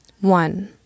one